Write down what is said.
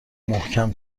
محکم